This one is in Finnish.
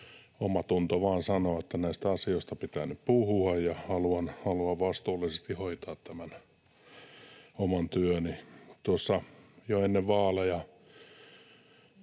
omatunto vain sanoo, että näistä asioista pitää nyt puhua, ja haluan vastuullisesti hoitaa tämän oman työni. Tuossa jo ennen vaaleja,